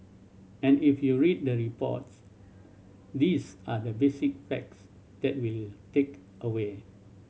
and if you read the reports these are the basic facts that will take away